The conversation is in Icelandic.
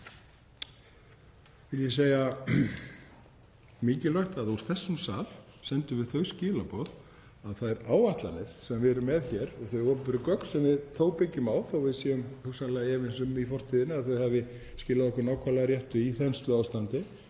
vil ég segja, mikilvægt að úr þessum sal sendum við þau skilaboð að þær áætlanir sem við erum með hér og þau opinberu gögn sem við þó byggjum á — þó að við séum hugsanlega efins um að þau hafi í fortíðinni skilað okkur nákvæmlega réttu í þensluástandi